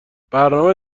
برنامه